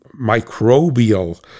microbial